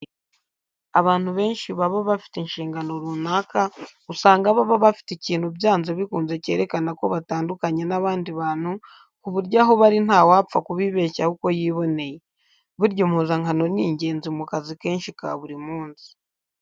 Abantu benshi baba bafite inshingano runaka usanga baba bafite ikintu byanze bikunze cyerekana ko batandukanye n'abandi bantu, ku buryo aho bari nta wapfa kubibeshyaho uko yiboneye. Burya impuzankano ni ingenzi mu kazi kenshi ka buri munsi.